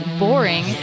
boring